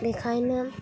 बेखायनो